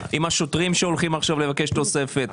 מהשוטרים שהולכים עכשיו לבקש תוספת?